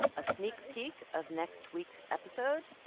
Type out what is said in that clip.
a sneak peek of next week's episode.